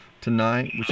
tonight